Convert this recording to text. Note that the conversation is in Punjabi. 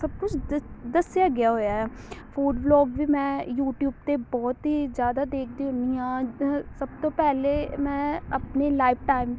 ਸਭ ਕੁਛ ਦੱ ਦੱਸਿਆ ਗਿਆ ਹੋਇਆ ਫੂਡ ਬਲੋਗ ਵੀ ਮੈਂ ਯੂਟਿਊਬ 'ਤੇ ਬਹੁਤ ਹੀ ਜ਼ਿਆਦਾ ਦੇਖਦੀ ਹੁੰਦੀ ਹਾਂ ਅਹ ਸਭ ਤੋਂ ਪਹਿਲੇ ਮੈਂ ਆਪਣੇ ਲਾਈਫ ਟਾਈਮ